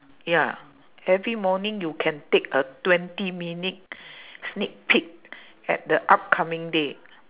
ya every morning you can take a twenty minute sneak peek at the upcoming day